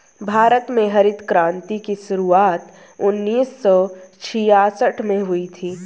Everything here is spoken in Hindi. भारत में हरित क्रान्ति की शुरुआत उन्नीस सौ छियासठ में हुई थी